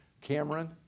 Cameron